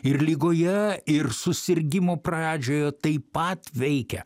ir ligoje ir susirgimo pradžioje taip pat veikia